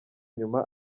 nyuma